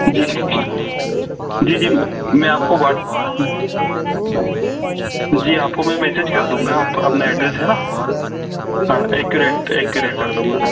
जी जी जी मैं आपको वाट जी आपको मैं मेसेज कर दूँगा अपना एड्रेस है ना हाँ एकूरेट एकूरेट कर दूँगा